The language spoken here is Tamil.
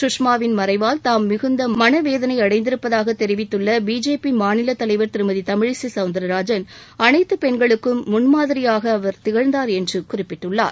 சுஷ்மாவின் மறைவால் தாம் மிகுந்த மனவேதனை அடைந்திருப்பதாக தெரிவித்துள்ள பிஜேபி மாநிலத் தலைவர் திருமதி தமிழிசை சவுந்தரராஜன் அனைத்து பெண்களுக்கும் முன்மாதிரியாக அவர் திகழ்ந்தார் என்று குறிப்பிட்டுள்ளார்